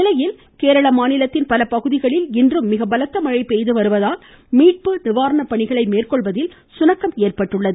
இதனிடையே கேரள மாநிலத்தின் பல பகுதிகளில் இன்றும் மிக பலத்த மழை பெய்து வருவதால் மீட்பு மற்றும் நிவாரணப் பணிகளை மேற்கொள்வதில் சுணக்கம் ஏற்பட்டுள்ளது